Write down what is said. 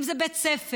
אם זה בית ספר,